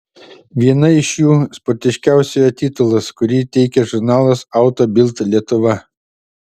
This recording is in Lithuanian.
viena iš jų sportiškiausiojo titulas kurį teikia žurnalas auto bild lietuva